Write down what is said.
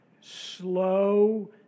slow